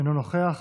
אינו נוכח.